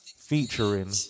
featuring